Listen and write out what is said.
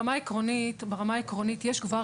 קודם כל ברמה העקרונית: ברמה העקרונית יש כבר